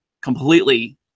completely